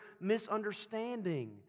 misunderstanding